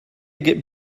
get